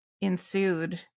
ensued